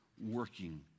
working